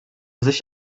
sich